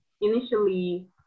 Initially